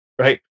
right